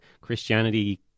Christianity